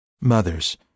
Mothers